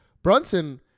Brunson